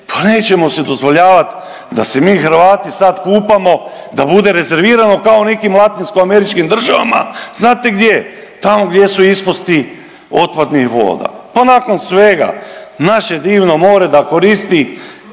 pa nećemo si dozvoljavati da se mi Hrvati sad kupamo, da bude rezervirano kao u nekim latinsko američkim državama znate gdje? Tamo gdje su ispusti otpadnih voda, pa nakon svega naše divno more da koristi